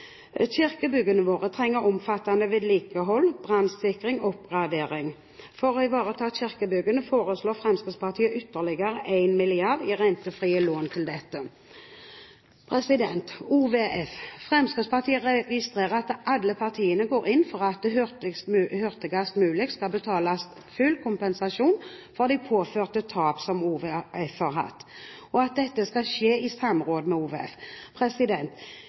Kirkebyggene våre trenger omfattende vedlikehold, brannsikring og oppgradering. For å ivareta kirkebyggene foreslår Fremskrittspartiet ytterligere 1 mrd. kr i rentefrie lån til dette. Så til OVF: Fremskrittspartiet registrerer at alle partier går inn for at det hurtigst mulig skal betales full kompensasjon for de påførte tap som OVF har hatt, og at dette skal skje i samråd med OVF.